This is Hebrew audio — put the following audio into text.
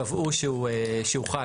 קבעו שהוא חל.